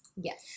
yes